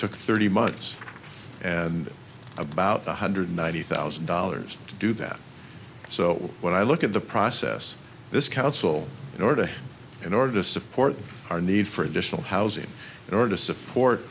took thirty months and about one hundred ninety thousand dollars to do that so when i look at the process this council in order in order to support our need for additional housing in order to support